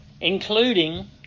including